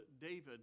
David